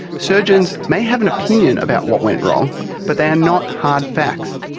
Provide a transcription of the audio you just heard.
surgeons may have an opinion about what went wrong but they are not hard facts.